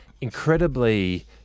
incredibly